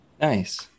Nice